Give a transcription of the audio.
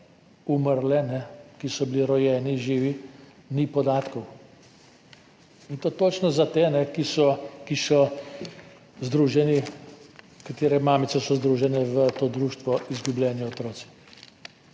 umrle, ki so bili rojeni živi, ni podatkov, in to točno za te, katerih mamice so združene v to društvo Izgubljeni otroci.